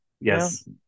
Yes